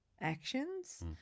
actions